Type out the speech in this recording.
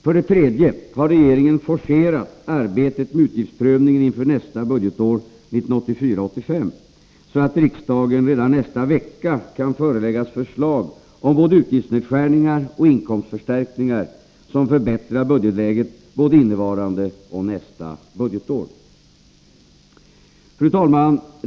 För det tredje har regeringen forcerat arbetet med utgiftsprövningen inför nästa budgetår, 1984/85, så att riksdagen redan nästa vecka kan föreläggas förslag om både utgiftsnedskärningar och inkomstförstärkningar som förbättrar budgetläget både innevarande och nästa budgetår. Fru talman!